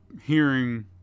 hearing